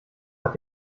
hat